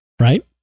right